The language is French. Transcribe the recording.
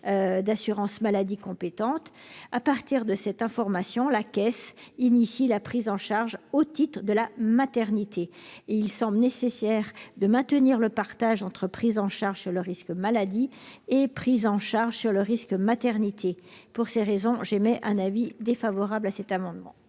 d'assurance maladie compétente. À partir de cette information, la caisse déclenche la prise en charge au titre de la maternité. Il semble nécessaire de maintenir le partage entre prise en charge du risque maladie et prise en charge du risque maternité. Je mets aux voix l'amendement